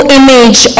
image